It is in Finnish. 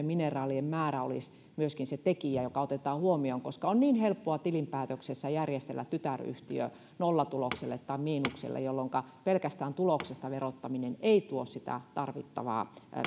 mineraalien määrä olisi myöskin se tekijä joka otetaan huomioon koska on niin helppoa tilinpäätöksessä järjestellä tytäryhtiö nollatulokselle tai miinukselle jolloinka pelkästään tuloksesta verottaminen ei tuo sitä tarvittavaa